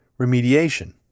Remediation